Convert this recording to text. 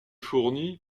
fournie